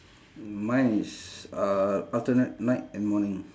mine is uh alternate night and morning